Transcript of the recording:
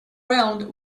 round